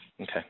Okay